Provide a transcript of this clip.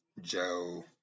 Joe